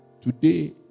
Today